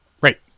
Right